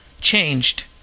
changed